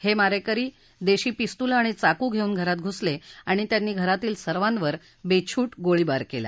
हे मारेकरी देशी पिस्तुलं आणि चाकू घेऊन घरात घुसले आणि त्यांनी घरातील सर्वांवर बेछुट गोळीबार केला